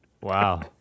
Wow